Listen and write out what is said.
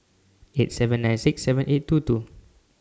eight seven nine six seven eight two two